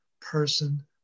person